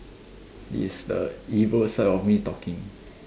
is the evil side of me talking